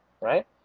right